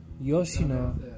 Yoshino